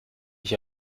ich